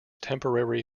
temporary